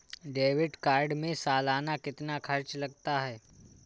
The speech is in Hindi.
डेबिट कार्ड में सालाना कितना खर्च लगता है?